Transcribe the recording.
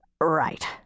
Right